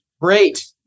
Great